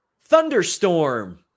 Thunderstorm